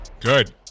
Good